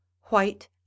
white